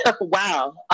Wow